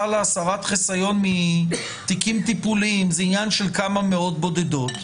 להסרת חיסיון מתיקים טיפוליים זה עניין של כמה מאות בודדות,